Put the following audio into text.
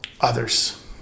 others